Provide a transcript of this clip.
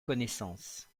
connaissance